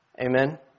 Amen